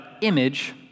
image